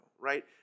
right